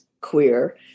queer